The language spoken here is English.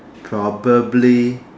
probably